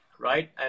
right